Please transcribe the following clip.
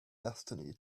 destiny